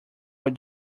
was